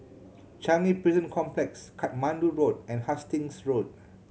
Changi Prison Complex Katmandu Road and Hastings Road